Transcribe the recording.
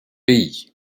pays